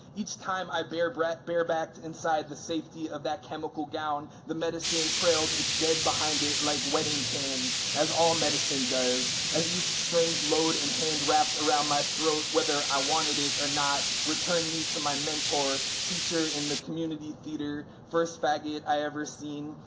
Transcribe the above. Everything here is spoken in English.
each time i barebacked barebacked inside the safety of that chemical gown, the medicine trailed its dead behind it like wedding cans, as all medicine does. as each strange load and hand wrapped around my throat whether i wanted it or not, returned me to my mentor, teacher in the community theater, first faggot i ever seen,